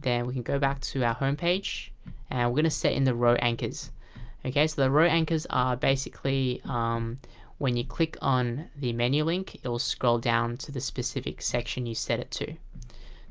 then we can go back to our home page and we're gonna set in the row anchors so the row anchors are basically when you click on the menu link, it will scroll down to the specific section you set it to